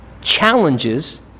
challenges